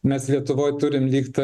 mes lietuvoj turim lyg tą